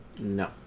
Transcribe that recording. no